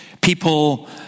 People